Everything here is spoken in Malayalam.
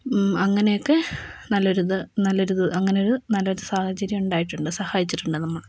അങ്ങനെയൊക്കെ നല്ലൊരു ഇത് നല്ലൊരിത് അങ്ങനെയൊരു നല്ലൊരു സാഹചര്യം ഉണ്ടായിട്ടുണ്ട് സഹായിച്ചിട്ടുണ്ട് നമ്മളെ